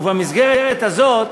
ובמסגרת הזאת,